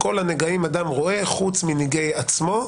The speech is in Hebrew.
"כל הנגעים אדם רואה חוץ מנגעי עצמו".